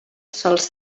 sols